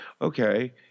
okay